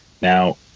Now